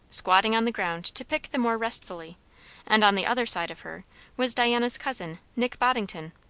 squatting on the ground to pick the more restfully and on the other side of her was diana's cousin, nick boddington.